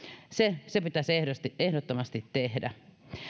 se se pitäisi ehdottomasti tehdä